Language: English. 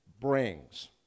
brings